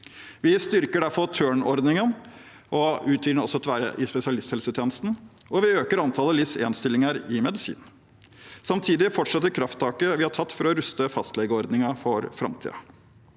Vi styrker derfor Tørn-ordningen og utvider den til også å være i spesialisthelsetjenesten, og vi øker antallet LIS1-stillinger i medisin. Samtidig fortsetter krafttaket vi har tatt for å ruste fastlegeordningen for framtiden.